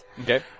Okay